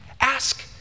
Ask